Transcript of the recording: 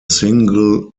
single